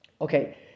okay